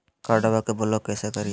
कार्डबा के ब्लॉक कैसे करिए?